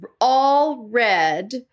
all-red